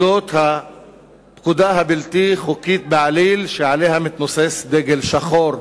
על הפקודה הבלתי-חוקית בעליל שמעליה מתנוסס דגל שחור.